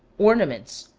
ornaments,